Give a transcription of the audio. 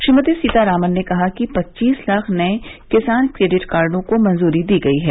श्रीमती सीतारामन ने कहा कि पच्चीस लाख नये किसान क्रेडिट कार्डों को मंजूरी दी गई है